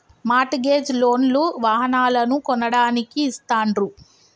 mart gauge loan లు వాహనాలను కొనడానికి ఇస్తాండ్రు